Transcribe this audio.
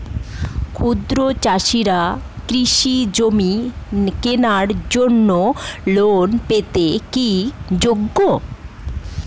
ক্ষুদ্র চাষিরা কৃষিজমি কেনার জন্য লোন পেতে কি যোগ্য?